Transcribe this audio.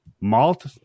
Malt